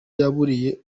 yaburiye